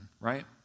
right